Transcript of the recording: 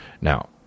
Now